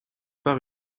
pas